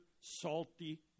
salty